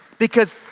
because